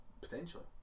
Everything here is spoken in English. potentially